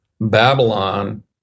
Babylon